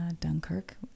Dunkirk